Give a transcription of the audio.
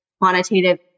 quantitative